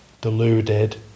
deluded